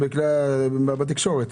חלקם נועד לעשות התאמות לאגפים,